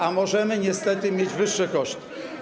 A możemy niestety mieć wyższe koszty.